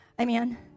Amen